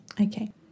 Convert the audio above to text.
okay